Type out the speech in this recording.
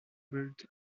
built